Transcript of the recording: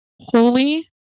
holy